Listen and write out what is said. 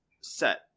set